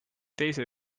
teise